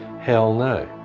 hell no!